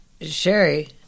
Sherry